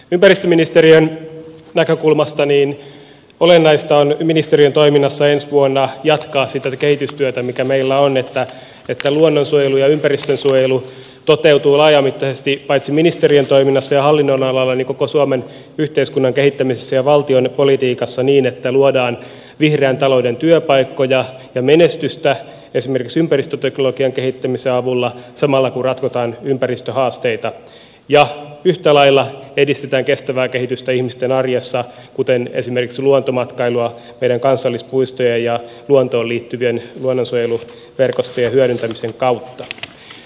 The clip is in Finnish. ympäristöministeriön näkökulmasta olennaista on ministeriön toiminnassa ensi vuonna jatkaa sitä kehitystyötä mikä meillä on että luonnonsuojelu ja ympäristönsuojelu toteutuvat laajamittaisesti paitsi ministeriön toiminnassa ja hallinnonalalla myös koko suomen yhteiskunnan kehittämisessä ja valtion politiikassa niin että luodaan vihreän talouden työpaikkoja ja menestystä esimerkiksi ympäristöteknologian kehittämisen avulla samalla kun ratkotaan ympäristöhaasteita ja yhtä lailla edistetään kestävää kehitystä ihmisten arjessa esimerkiksi luontomatkailun meidän kansallispuistojen ja luontoon liittyvien luonnonsuojeluverkostojen hyödyntämisen kautta